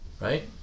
right